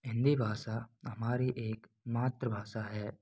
हिंदी भाषा हमारी एक मातृभाषा है